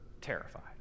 terrified